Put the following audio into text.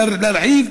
בלי להרחיב,